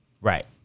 Right